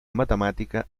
matemàtica